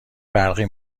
برقی